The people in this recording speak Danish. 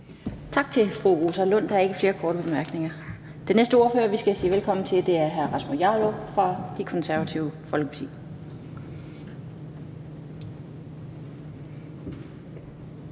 Tak til fru Rosa Lund. Der er ikke flere korte bemærkninger. Den næste ordfører, vi skal sige velkommen til, er hr. Rasmus Jarlov fra Det Konservative Folkeparti.